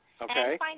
Okay